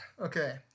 Okay